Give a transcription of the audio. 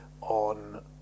on